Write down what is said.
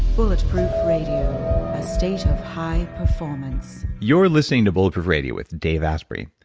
bulletproof radio, a state of high performance you are listening to bulletproof radio with dave asprey.